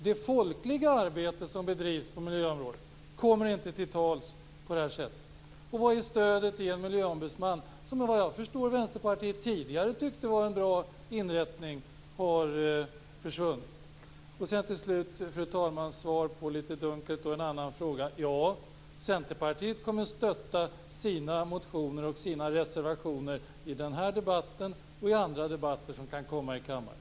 Det folkliga arbete som bedrivs på miljöområdet kommer inte till tals på det här sättet. Var är stödet till en miljöombudsman, som såvitt jag förstår Vänsterpartiet tidigare tyckte var en bra inrättning? Det har försvunnit nu. Fru talman! Avslutningsvis vill jag svara på den dunkla frågan: Ja, Centerpartiet kommer att stötta sina motioner och sina reservationer i den här debatten och i andra debatter som kan komma i kammaren.